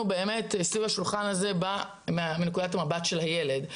סביב השולחן בא מנקודות המבט של הילד,